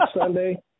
Sunday